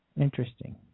Interesting